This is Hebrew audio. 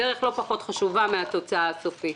הדרך לא פחות חשובה מהתוצאה הסופית.